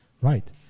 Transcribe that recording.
Right